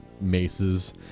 maces